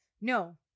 no